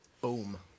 Boom